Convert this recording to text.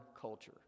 culture